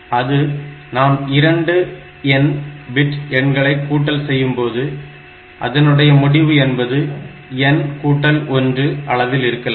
அது நாம் இரண்டு n பிட் எண்களை கூட்டல் செய்யும்போது அதனுடைய முடிவு என்பது n கூட்டல் 1 அளவில் இருக்கலாம்